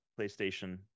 PlayStation